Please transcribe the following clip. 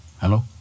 Hello